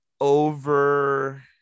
over